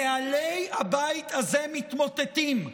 נוהלי הבית הזה מתמוטטים.